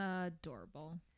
adorable